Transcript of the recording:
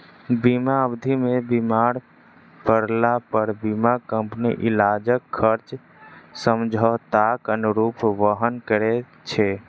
बीमा अवधि मे बीमार पड़लापर बीमा कम्पनी इलाजक खर्च समझौताक अनुरूप वहन करैत छै